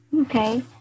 Okay